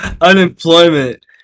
unemployment